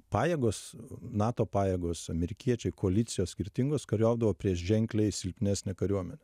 pajėgos nato pajėgos amerikiečiai koalicijos skirtingos kariaudavo prieš ženkliai silpnesnę kariuomenę